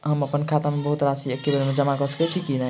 हम अप्पन खाता मे बहुत राशि एकबेर मे जमा कऽ सकैत छी की नै?